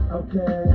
okay